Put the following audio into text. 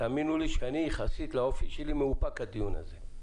תאמינו לי, שיחסית לאופי שלי אני מאופק בדיון הזה.